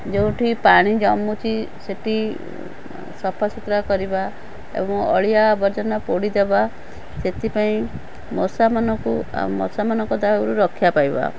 ଯେଉଁଠି ପାଣି ଜମୁଛି ସେଠି ସଫା ସୁତୁରା କରିବା ଏବଂ ଅଳିଆ ଆବର୍ଜନା ପୋଡ଼ିଦେବା ସେଥିପାଇଁ ମଶାମାନଙ୍କୁ ଆଉ ମଶାମାନଙ୍କ ଦାଉରୁ ରକ୍ଷା ପାଇବା